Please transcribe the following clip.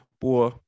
boy